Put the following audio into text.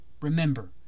Remember